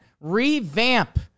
Revamp